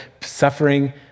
suffering